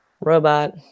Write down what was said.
Robot